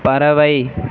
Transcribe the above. பறவை